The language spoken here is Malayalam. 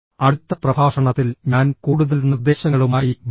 അടുത്ത പ്രഭാഷണത്തിൽ ഞാൻ കൂടുതൽ നിർദ്ദേശങ്ങളുമായി വരും